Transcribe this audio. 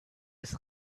ist